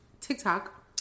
TikTok